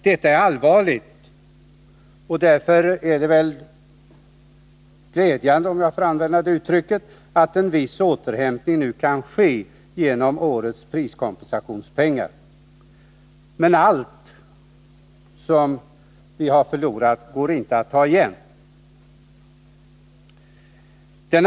Detta är allvarligt, och därför är det väl glädjande, om jag får använda det uttrycket, ått en viss återhämtning nu kan ske genom årets priskompensationspengar. Men det är inte allt av det vi har förlorat som går att ta igen.